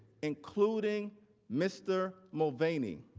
including mr. mulvaney.